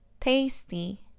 tasty